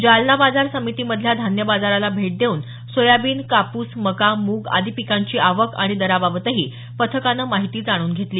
जालना बाजार समितीमधील धान्य बाजाराला भेट देऊन सोयाबीन कापूस मका मूग आदी पिकांची आवक आणि दराबाबतही पथकानं माहिती जाणून घेतली